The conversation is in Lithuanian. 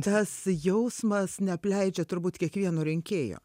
tas jausmas neapleidžia turbūt kiekvieno rinkėjo